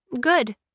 Good